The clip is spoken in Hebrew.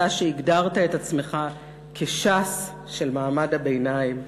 אתה שהגדרת את עצמך כש"ס של מעמד הביניים: